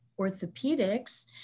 orthopedics